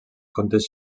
contes